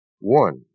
One